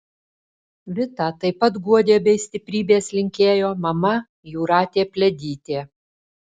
vitą taip pat guodė bei stiprybės linkėjo mama jūratė pliadytė